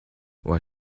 what